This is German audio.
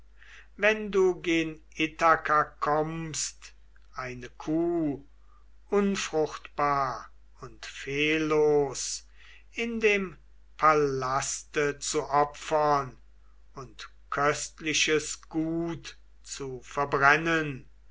wenn du gen ithaka kommst eine kuh unfruchtbar und fehllos in dem palaste zu opfern und köstliches gut zu verbrennen